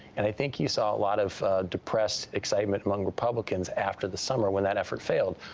and i think you saw lot of depressed excitement among republicans after the summer, when that effort failed.